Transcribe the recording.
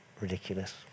ridiculous